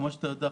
כפי שאתה יודע,